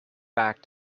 back